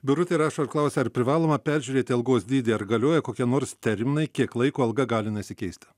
birutė rašo ir klausia ar privaloma peržiūrėti algos dydį ar galioja kokie nors terminai kiek laiko alga gali nesikeisti